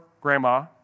grandma